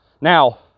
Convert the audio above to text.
Now